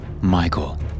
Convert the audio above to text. Michael